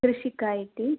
ऋषिका इति